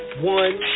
one